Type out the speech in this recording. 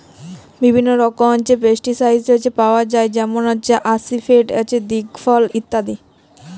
বিভিল্ল্য রকমের পেস্টিসাইড পাউয়া যায় যেমল আসিফেট, দিগফল ইত্যাদি